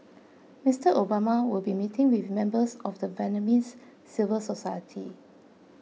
Mister Obama will be meeting with members of the Vietnamese civil society